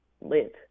live